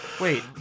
Wait